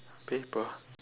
paper